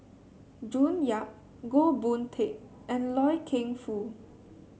June Yap Goh Boon Teck and Loy Keng Foo